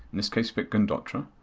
in this case vic gundotra,